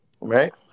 Right